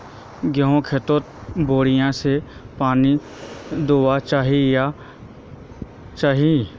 गेँहूर खेतोत बोरिंग से पानी दुबा चही या नी चही?